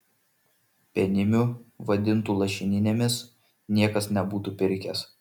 penimių vadintų lašininėmis niekas nebūtų pirkęs